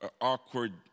awkward